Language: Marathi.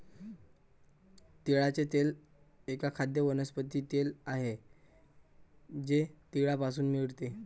तिळाचे तेल एक खाद्य वनस्पती तेल आहे जे तिळापासून मिळते